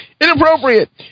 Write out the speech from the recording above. Inappropriate